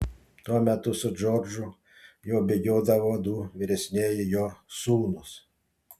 tuo metu su džordžu jau bėgiodavo du vyresnieji jo sūnūs